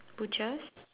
butchers